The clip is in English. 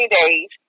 days